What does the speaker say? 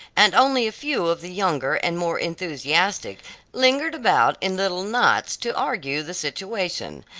and only a few of the younger and more enthusiastic lingered about in little knots to argue the situation,